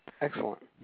Excellent